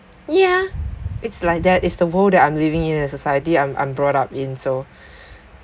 ya it's like that it's the world I'm living in a society I'm I'm brought up in so